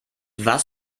was